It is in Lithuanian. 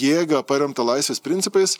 jėgą paremtą laisvės principais